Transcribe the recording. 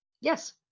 Yes